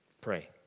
Pray